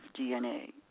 DNA